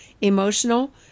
emotional